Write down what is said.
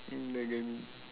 mm I get what you mean